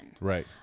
Right